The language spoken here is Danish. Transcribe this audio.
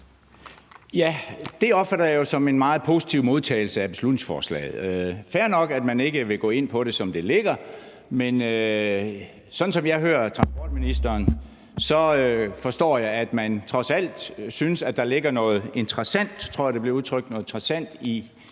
Det opfatter jeg jo som en meget positiv modtagelse af beslutningsforslaget. Det er fair nok, at man ikke vil gå ind på det, som det ligger, men sådan som jeg hører transportministeren, forstår jeg, at man trods alt synes, at der ligger noget interessant –